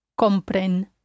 compren